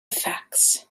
facts